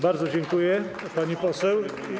Bardzo dziękuję, pani poseł.